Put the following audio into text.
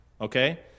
Okay